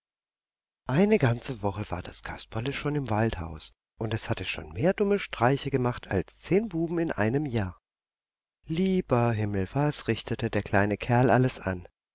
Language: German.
eine ganze woche war das kasperle schon im waldhaus und es hatte schon mehr dumme streiche gemacht als zehn buben in einem jahr lieber himmel was richtete der kleine kerl alles an